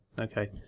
Okay